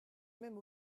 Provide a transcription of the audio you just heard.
même